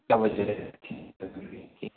क्या वजह थी कि